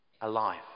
Alive